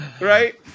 Right